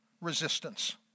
resistance